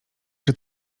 czy